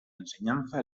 enseñanza